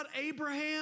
Abraham